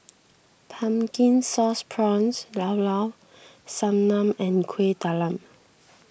Pumpkin Aauce Prawns Llao Llao Sanum and Kueh Talam